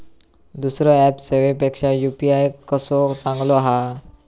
दुसरो ऍप सेवेपेक्षा यू.पी.आय कसो चांगलो हा?